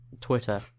twitter